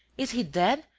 is he dead,